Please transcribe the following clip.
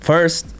First